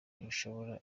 ntishobora